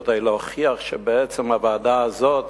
כדי להוכיח שבעצם הוועדה הזאת